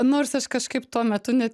nors aš kažkaip tuo metu net